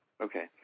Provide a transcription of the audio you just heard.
Okay